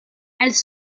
elles